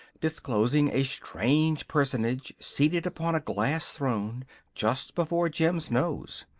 disclosing a strange personage seated upon a glass throne just before jim's nose.